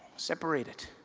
separated.